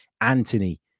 Anthony